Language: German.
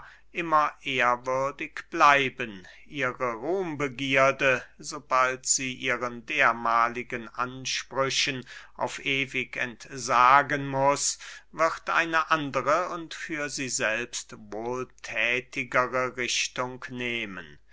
immer ehrwürdig bleiben ihre ruhmbegierde sobald sie ihren dermahligen ansprüchen auf ewig entsagen muß wird eine andere und für sie selbst wohlthätigere richtung nehmen